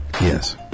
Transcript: Yes